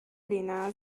lena